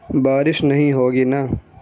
بارش نہیں ہوگی نا